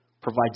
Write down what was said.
provides